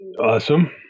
Awesome